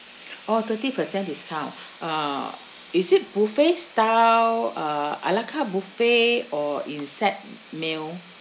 orh thirty percent discount uh is it buffet style uh a la carte buffet or in set meal